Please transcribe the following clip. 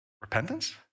Repentance